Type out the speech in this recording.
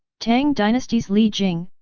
tang dynasty's li jing,